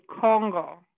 Congo